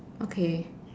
okay